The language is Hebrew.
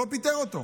הוא לא פיטר אותו.